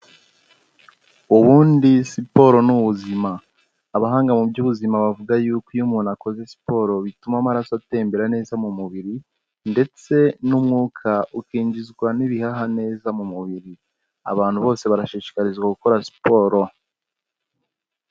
Ubundi siporo ni ubuzima, abahanga mu by'ubuzima bavuga yuko iyo umuntu akoze siporo bituma amaraso atembera neza mu mubiri ndetse n'umwuka ukinjizwa n'ibiha neza mu mubiri, abantu bose barashishikarizwa gukora siporo.